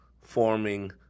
forming